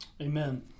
Amen